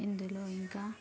ఇందులో ఇంకా